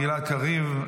גלעד קריב,